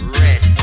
red